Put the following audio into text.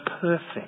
perfect